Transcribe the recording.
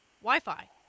Wi-Fi